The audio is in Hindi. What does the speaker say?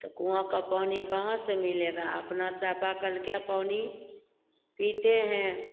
तो कुआँ का पानी कहाँ से मिलेगा अपना चापाकल क्या पानी पीते हैं